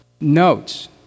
notes